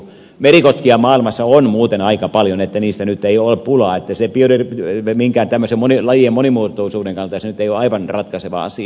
merikotkia maailmassa on muuten aika paljon niistä nyt ei ole pulaa joten minkään tämmöisen lajien monimuotoisuuden kannalta se nyt ei ole aivan ratkaiseva asia